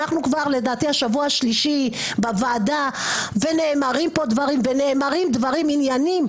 לדעתי זה השבוע השלישי בוועדה ונאמרים פה דברים ונאמרים דברים ענייניים,